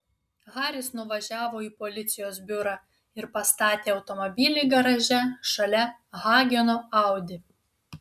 haris nuvažiavo į policijos biurą ir pastatė automobilį garaže šalia hageno audi